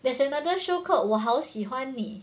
there's another show called 我好喜欢你